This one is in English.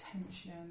attention